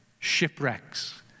Shipwrecks